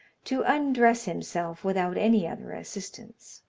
to undress himself without any other assistance.